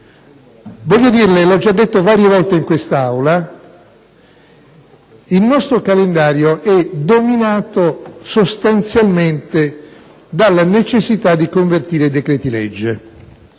Voglio dirle, e l'ho già detto varie volte in quest'Aula, che il nostro calendario è dominato sostanzialmente dalla necessità di convertire decreti-legge: